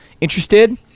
interested